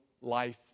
life